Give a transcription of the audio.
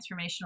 transformational